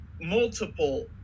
multiple